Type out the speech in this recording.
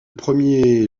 premier